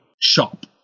shop